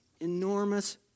enormous